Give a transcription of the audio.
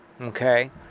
Okay